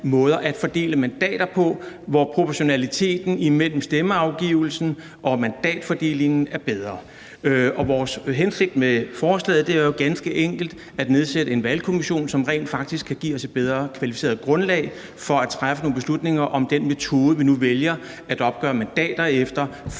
måder at fordele mandater på, hvor proportionaliteten imellem stemmeafgivelsen og mandatfordelingen er bedre. Vores hensigt med forslaget er ganske enkelt at nedsætte en valgkommission, som rent faktisk kan give os et bedre og mere kvalificeret grundlag for at træffe nogle beslutninger, i forhold til om den metode, vi nu vælger at opgøre mandater efter,